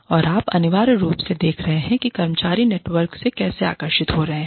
और आप अनिवार्य रूप से देख रहे हैं कि कर्मचारी नेटवर्क से कैसे आकर्षित हो रहे हैं